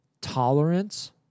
tolerance